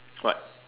what